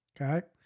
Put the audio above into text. Okay